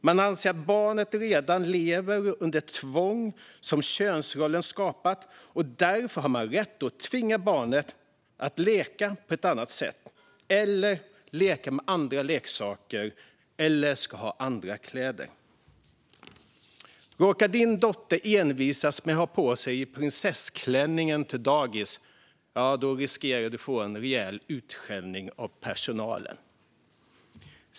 De anser att barnet redan lever under det tvång som könsrollerna skapat, och därför har de rätt att tvinga barnet att leka på ett annat sätt, leka med andra leksaker eller ha på sig andra kläder. Om din dotter envisas med att ha på sig sin prinsessklänning på dagis riskerar du att få en rejäl utskällning av personalen.